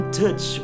touch